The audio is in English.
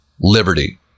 liberty